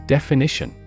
Definition